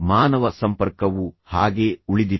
ಮಾನವ ಸಂಪರ್ಕವು ಹಾಗೇ ಉಳಿದಿತ್ತು